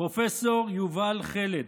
פרופ' יובל חלד,